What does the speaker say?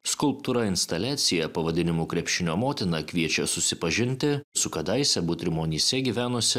skulptūra instaliacija pavadinimu krepšinio motina kviečia susipažinti su kadaise butrimonyse gyvenusia